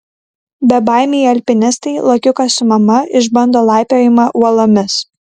bebaimiai alpinistai lokiukas su mama išbando laipiojimą uolomis